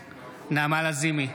לזימי,